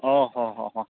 অঁ